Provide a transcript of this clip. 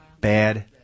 Bad